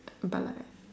but like